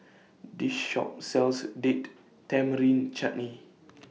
This Shop sells Date Tamarind Chutney